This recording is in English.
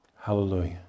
Hallelujah